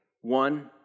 One